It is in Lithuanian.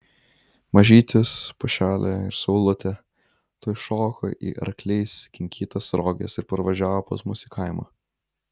mažytis pušelė ir saulutė tuoj šoko į arkliais kinkytas roges ir parvažiavo pas mus į kaimą